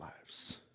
lives